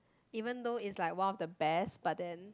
even though it's like one of the best but then